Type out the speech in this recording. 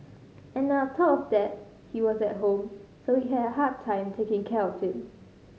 and then on top of that he was at home so we had a hard time taking care of him